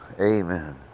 Amen